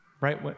Right